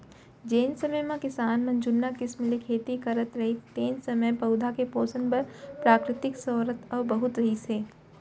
जेन समे म किसान मन जुन्ना किसम ले खेती करत रहिन तेन समय पउधा के पोसन बर प्राकृतिक सरोत ह बहुत रहिस हे